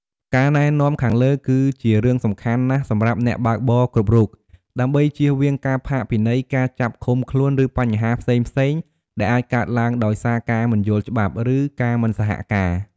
ការណែនាំខាងលើ គឺជារឿងសំខាន់ណាស់សម្រាប់អ្នកបើកបរគ្រប់រូប ដើម្បីជៀសវាងការផាកពិន័យ ការចាប់ឃុំខ្លួន ឬបញ្ហាផ្សេងៗដែលអាចកើតឡើងដោយសារការមិនយល់ច្បាប់ ឬការមិនសហការ។